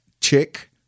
chick